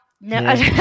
no